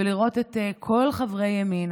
ולראות את כל חברי ימינה,